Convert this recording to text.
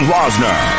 Rosner